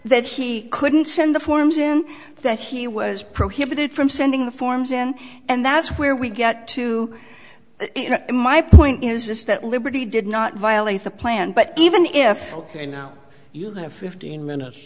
that he couldn't send the forms in that he was prohibited from sending the forms in and that's where we get to my point is that liberty did not violate the plan but even if they know you'll have fifteen minutes